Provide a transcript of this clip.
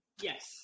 Yes